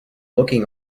looking